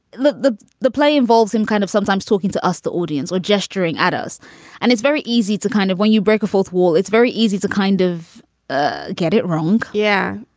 the the play involves him kind of sometimes talking to us, the audience or gesturing at us and it's very easy to kind of when you break a fourth wall, it's very easy to kind of ah get it wrong. yeah.